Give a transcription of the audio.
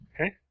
Okay